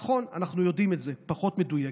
נכון, אנחנו יודעים את זה, פחות מדויקת.